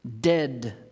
dead